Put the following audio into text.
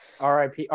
RIP